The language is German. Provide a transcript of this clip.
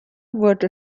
wurde